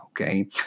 Okay